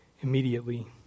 immediately